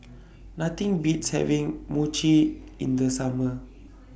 Nothing Beats having Mochi in The Summer